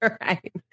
Right